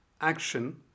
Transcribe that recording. action